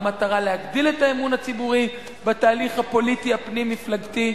במטרה להגדיל את האמון הציבורי בתהליך הפוליטי הפנים-מפלגתי.